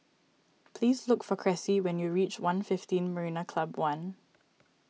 please look for Cressie when you reach one Fiveteen Marina Club one